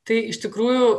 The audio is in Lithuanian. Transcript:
tai iš tikrųjų